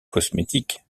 cosmétiques